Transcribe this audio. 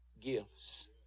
gifts